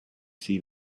see